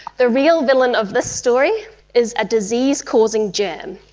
the real villain of this story is a disease-causing germ.